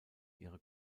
ihre